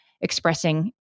expressing